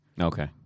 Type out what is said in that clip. Okay